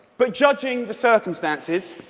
but judging the circumstances,